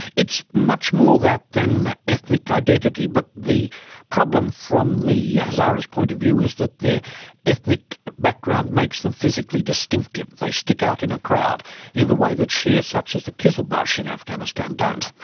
it's much more that than ethnic identity, but the problem from the yeah hazaras' point of view is that their ethnic background makes them physically distinctive they stick out in a crowd in the way that shias such as the kizilbash in afghanistan don't.